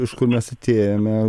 iš kur mes atėjome